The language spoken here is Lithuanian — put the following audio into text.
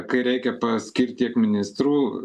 kai reikia paskirt tiek ministrų